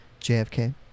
JFK